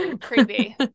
creepy